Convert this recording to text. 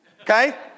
okay